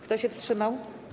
Kto się wstrzymał?